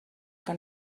que